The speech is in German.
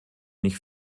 nicht